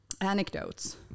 anecdotes